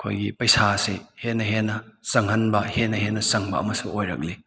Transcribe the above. ꯑꯩꯈꯣꯏꯒꯤ ꯄꯩꯁꯥꯁꯦ ꯍꯦꯟꯅ ꯍꯦꯟꯅ ꯆꯪꯍꯟꯕ ꯍꯦꯟꯅ ꯍꯦꯟꯅ ꯆꯪꯕ ꯑꯃꯁꯨ ꯑꯣꯏꯔꯛꯂꯤ